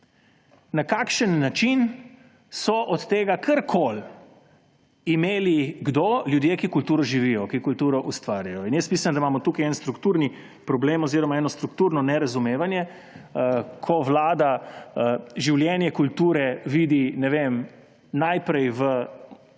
Na kakšen način so od tega karkoli imeli – kdo? – ljudje, ki kulturo živijo, ki kulturo ustvarjajo. Mislim, da imamo tu strukturni problem oziroma strukturno nerazumevanje, ko Vlada življenje kulture vidi najprej v